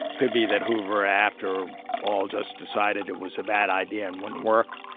could be that hoover, after all, just decided it was a bad idea and wouldn't work.